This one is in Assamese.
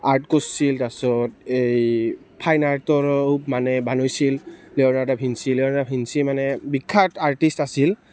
আৰ্ট কৰছিল তাৰ পাছত এই ফাইন আৰ্টৰ মানে বনাইছিল Leonardo da Vinci Leonardo da Vinci মানে বিখ্যাত আৰ্টিষ্ট আছিল